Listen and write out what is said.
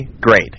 great